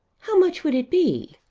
how much would it be?